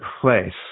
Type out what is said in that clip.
place